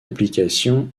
application